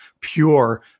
pure